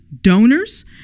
donors